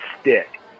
stick